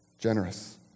generous